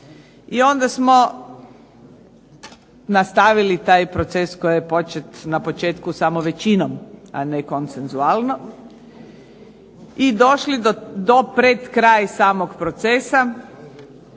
i onda smo nastavili taj proces koji je postignut na početku samo većinom a ne konsensualno i došli do pred kraj samog procesa